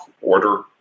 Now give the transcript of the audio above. order